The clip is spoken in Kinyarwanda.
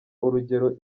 urugero